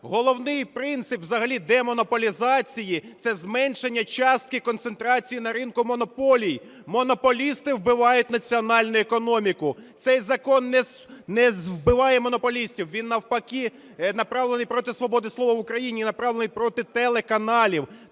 Головний принцип взагалі демонополізації – це зменшення частки концентрації на ринку монополій. Монополісти вбивають національну економіку. Цей закон не вбиває монополістів, він, навпаки, направлений проти свободи слова в Україні і направлений проти телеканалів,